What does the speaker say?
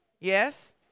Yes